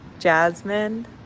Jasmine